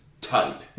type